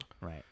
Right